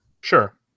Sure